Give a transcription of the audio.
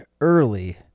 early